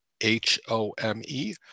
H-O-M-E